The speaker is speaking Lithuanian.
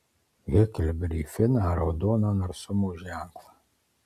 heklberį finą raudoną narsumo ženklą